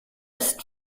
ist